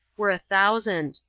were a thousand.